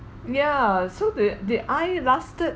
ya so the did I lasted